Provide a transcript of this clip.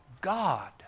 God